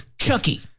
Chucky